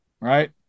right